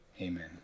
Amen